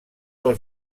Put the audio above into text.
del